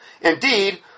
Indeed